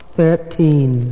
Thirteen